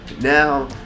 now